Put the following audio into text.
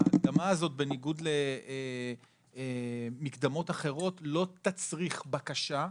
ההקדמה הזאת בניגוד למקדמות אחרות לא תצריך בקשה,